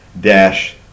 dash